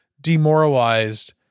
demoralized